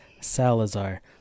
salazar